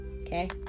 Okay